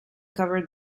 covered